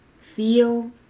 feel